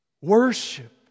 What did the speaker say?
Worship